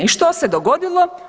I što se dogodilo?